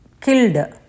killed